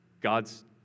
God's